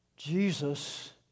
Jesus